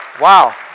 wow